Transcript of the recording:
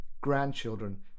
grandchildren